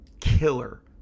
killer